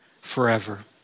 forever